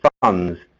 funds